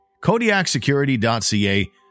Kodiaksecurity.ca